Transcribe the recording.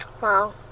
Wow